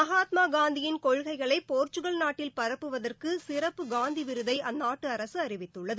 மகாத்மாகாந்தியின் கொள்ககைகளை போர்ச்சுக்கல் நாட்டில் பரப்புவதற்கு சிறப்பு காந்தி விருதை அந்நாட்டு அரசு அறிவித்துள்ளது